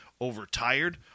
overtired